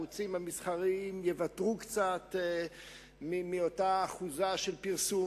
הערוצים המסחריים יוותרו קצת מאותה אחוזה של פרסום